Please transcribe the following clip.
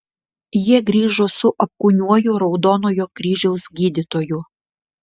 jie grįžo su apkūniuoju raudonojo kryžiaus gydytoju